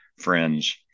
friends